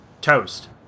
toast